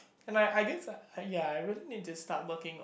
and I I guess I ya I really need to start working on